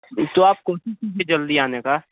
तो आप कोशिश कीजिए जल्दी आने का